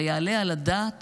היעלה על הדעת